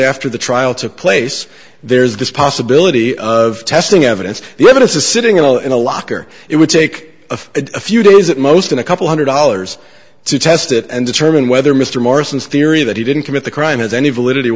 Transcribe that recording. after the trial took place there's this possibility of testing evidence the evidence is sitting in all in a locker it would take a few days at most in a couple hundred dollars to test it and determine whether mr marson is theory that he didn't commit the crime has any validity